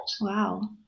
Wow